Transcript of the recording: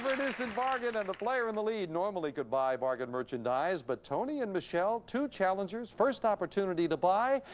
an instant bargain. and the player in the lead normally could buy a bargain merchandise. but tony and michelle, two challengers, first opportunity to buy.